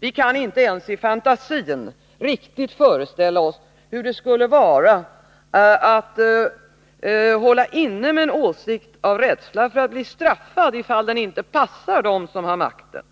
Vi kan inte ens i fantasin riktigt föreställa oss hur det skulle vara att hålla inne med en åsikt av rädsla för att bli straffad ifall den inte passar dem som har makten.